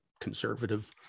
conservative